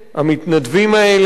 המתנדבים האלה,